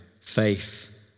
faith